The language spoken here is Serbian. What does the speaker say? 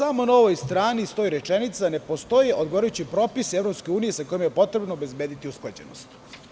Samo na ovoj strani stoji rečenica – ne postoji odgovarajući propis Evropske unije sa kojim je potrebno obezbediti usklađenost.